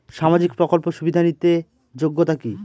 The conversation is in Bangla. সামাজিক প্রকল্প সুবিধা নিতে যোগ্যতা কি?